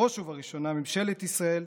בראש ובראשונה על ממשלת ישראל,